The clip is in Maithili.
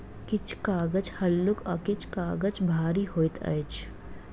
किछु कागज हल्लुक आ किछु काजग भारी होइत अछि